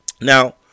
Now